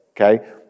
Okay